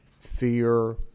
fear